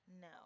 No